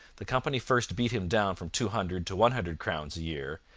the company first beat him down from two hundred to one hundred crowns a year,